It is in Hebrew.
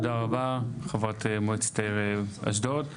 תודה רבה חברת מועצת העיר אשדוד.